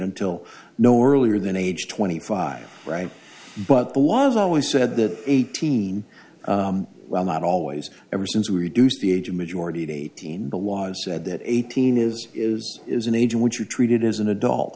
until no earlier than age twenty five right but the law is always said that eighteen well not always ever since we reduced the age of majority to eighteen the laws said that eighteen is is is an age which you treated as an adult